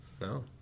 No